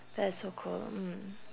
that's so cool mm